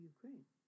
Ukraine